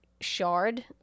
shard